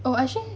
oh actually